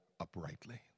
uprightly